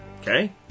okay